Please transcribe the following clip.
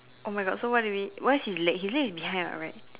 !oh-my-God! so what do we why his leg his leg is behind [what] right